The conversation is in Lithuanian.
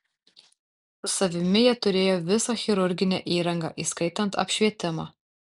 su savimi jie turėjo visą chirurginę įrangą įskaitant apšvietimą